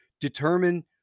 determine